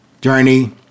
journey